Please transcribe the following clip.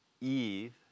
Eve